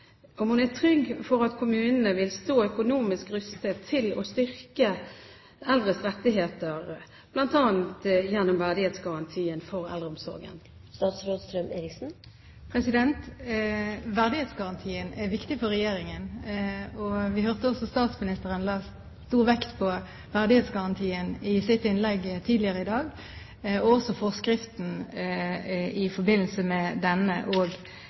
Er hun trygg for at kommunene vil stå økonomisk rustet til å styrke eldres rettigheter, bl.a. gjennom verdighetsgarantien for eldreomsorg? Verdighetsgarantien er viktig for Regjeringen. Vi hørte også at statsministeren la stor vekt på verdighetsgarantien i sitt innlegg tidligere i dag og også på forskriften og lovtilknytningen i forbindelse med denne.